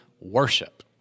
worship